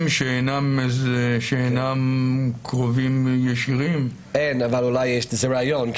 שאינם קרובים וישירים -- אין אבל אולי זה רעיון.